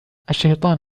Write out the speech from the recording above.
الشيطان